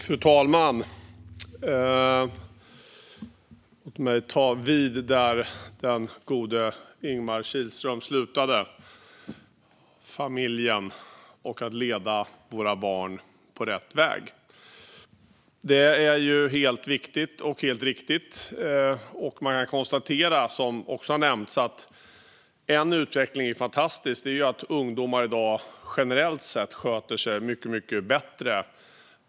Fru talman! Låt mig ta vid där den gode Ingemar Kihlström slutade med att tala om familjen och att leda våra barn på rätt väg. Det är viktigt och helt riktigt. Man kan konstatera, som också har nämnts, att en utveckling är fantastisk, nämligen att ungdomar i dag generellt sett sköter sig mycket bättre.